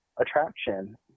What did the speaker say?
attraction